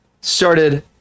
Started